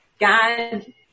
God